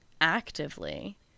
actively